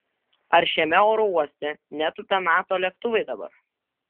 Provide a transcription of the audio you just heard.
ar šiame oro uoste netūpia nato lėktuvai dabar